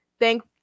Thank